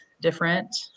different